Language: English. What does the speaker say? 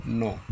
no